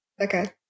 Okay